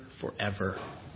forever